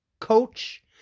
Coach